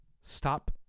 Stop